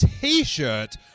T-shirt